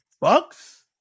Bucks